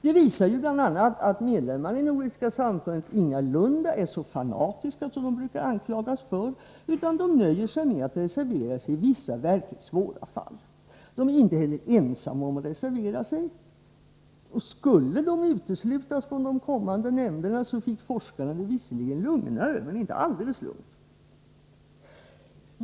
Det visar bl.a. att medlemmarna i Nordiska samfundet ingalunda är så fanatiska som de brukar anklagas för att vara, utan de nöjer sig med att reservera sig i vissa verkligt svåra fall. De är inte heller ensamma om att reservera sig, och skulle de uteslutas från de kommande nämnderna fick forskarna det visserligen lugnare, men inte alldeles lugnt.